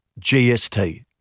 GST